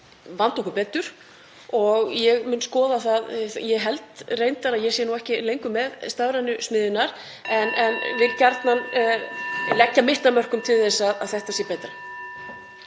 vanda okkur betur og ég mun skoða þetta. Ég held reyndar að ég sé ekki lengur með stafrænu smiðjurnar en vil gjarnan leggja mitt af mörkum til þess að þetta verði betra.